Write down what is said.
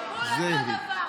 זה בול אותו דבר,